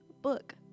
book